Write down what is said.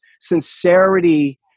Sincerity